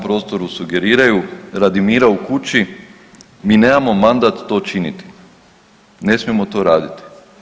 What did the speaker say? prostoru sugeriraju radi mira u kući, mi nemamo mandat to činiti, ne smijemo to raditi.